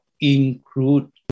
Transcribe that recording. include